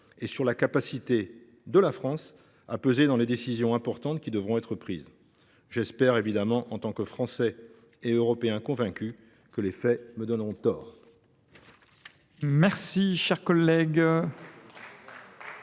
et sur la capacité de la France à peser sur les décisions importantes qui devront être prises. J’espère, bien évidemment, en tant que Français et Européen convaincu, que les faits me donneront tort.